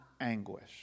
anguish